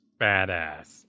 Badass